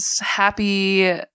happy